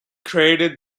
created